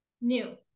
new